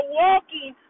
walking